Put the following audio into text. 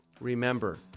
Remember